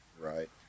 Right